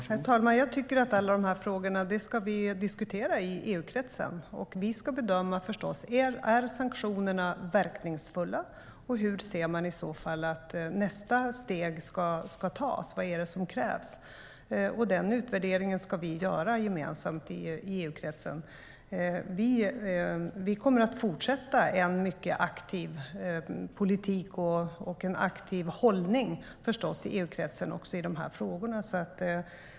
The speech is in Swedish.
Herr talman! Jag tycker att vi ska diskutera alla de här frågorna i EU-kretsen. Och vi ska förstås göra en bedömning: Är sanktionerna verkningsfulla, och hur ser man i så fall att nästa steg ska tas? Vad är det som krävs? Den utvärderingen ska vi göra gemensamt i EU-kretsen.Vi kommer att fortsätta med en mycket aktiv politik och en aktiv hållning, förstås, i EU-kretsen också i de här frågorna.